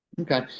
Okay